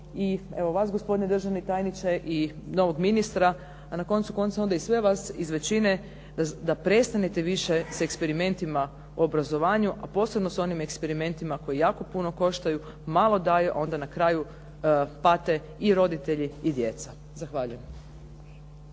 i vas gospodine državi tajniče i novog ministra, a na koncu konca i sve vas iz većine da prestanete više sa eksperimentima u obrazovanju, a posebno sa onim eksperimentima koji jako puno koštaju, malo daju, a onda na kraju pate i roditelji i djeca. Zahvaljujem.